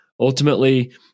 Ultimately